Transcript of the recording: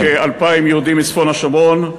ועוד כ-2,000 יהודים מצפון השומרון,